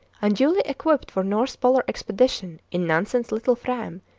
and, duly equipped for north polar expedition in nansen's little fram,